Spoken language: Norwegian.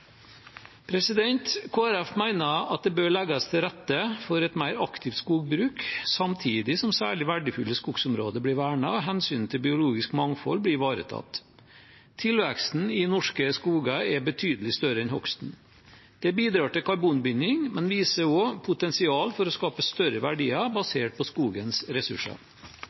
det bør legges til rette for et mer aktivt skogbruk samtidig som særlig verdifulle skogsområder blir vernet og hensynet til biologisk mangfold blir ivaretatt. Tilveksten i norske skoger er betydelig større enn hogsten. Det bidrar til karbonbinding, men viser også potensial for å skape større verdier basert på skogens ressurser.